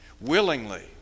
Willingly